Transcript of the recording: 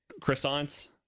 croissants